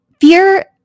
fear